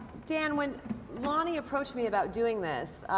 dan, when lonny approached me about doing this